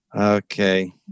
okay